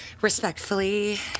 respectfully